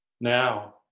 Now